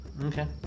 Okay